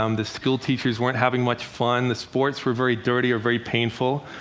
um the school teachers weren't having much fun, the sports were very dirty or very painful.